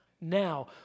now